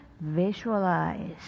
visualize